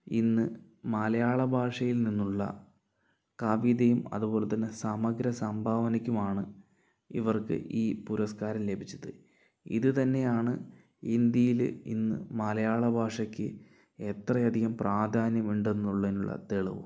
ഇന്ന് മലയാളഭാഷയിൽ നിന്നുള്ള കവിതയും അതുപോലെതന്നെ സമഗ്ര സംഭാവനയ്ക്കുമാണ് ഇവർക്ക് ഈ പുരസ്കാരം ലഭിച്ചത് ഇതുതന്നെയാണ് ഇന്ത്യയിൽ ഇന്ന് മലയാളഭാഷയ്ക്ക് എത്രയധികം പ്രാധാന്യം ഉണ്ടെന്നുള്ളതിനുള്ള തെളിവ്